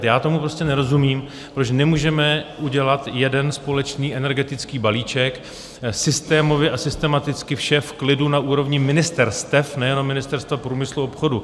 Já tomu prostě nerozumím, proč nemůžeme udělat jeden společný energetický balíček, systémově a systematicky, vše v klidu na úrovni ministerstev připravit, nejenom Ministerstva průmyslu a obchodu.